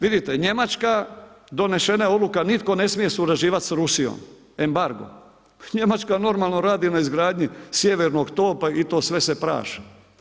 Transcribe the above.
Vidite Njemačka, donesena je odluka, nitko ne smije surađivati sa Rusijom, embargo, Njemačka normalno radi na izgradnji sjevernog topa i to sve se praši.